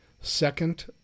second